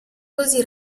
così